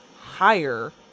higher